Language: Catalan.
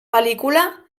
pel·lícula